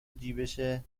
جیبشه